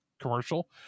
commercial